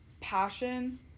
passion